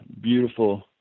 beautiful